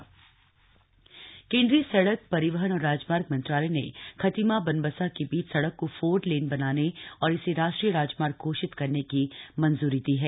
Khatima Banbasa four lane केंद्रीय सड़क परिवहन और राजमार्ग मंत्रालय ने खटीमा बनबसा के बीच सड़क को फोर लेन बनाने और इसे राष्ट्रीय राजमार्ग घोषित करने की मंजूरी दी है